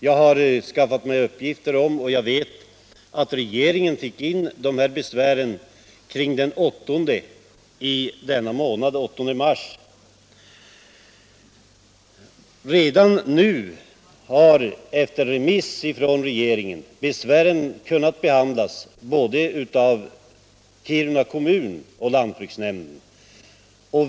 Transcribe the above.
Jag har tagit reda på att regeringen fick in dessa besvär omkring den 8 mars, och efter remiss från regeringen har besvären redan nu kunnat behandlas både av Kiruna kommun och av lantbruksnämnden.